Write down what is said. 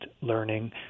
learning